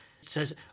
says